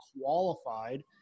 qualified